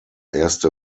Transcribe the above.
erste